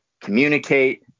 communicate